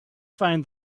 find